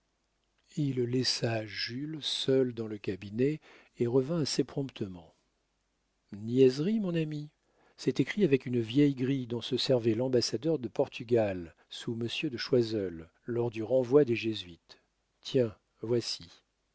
il laissa jules seul dans le cabinet et revint assez promptement niaiserie mon ami c'est écrit avec une vieille grille dont se servait l'ambassadeur de portugal sous monsieur de choiseul lors du renvoi des jésuites tiens voici